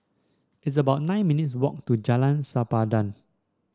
it's about nine minutes' walk to Jalan Sempadan